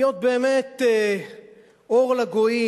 להיות באמת אור לגויים,